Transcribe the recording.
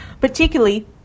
particularly